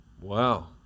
Wow